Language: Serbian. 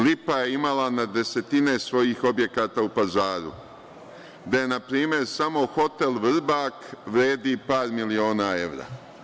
Lipa“ je imala na desetine svojih objekata u Pazaru, gde, na primer, samo hotel „Vrbak“ vredi par miliona evra.